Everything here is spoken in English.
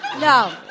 No